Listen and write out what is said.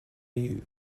you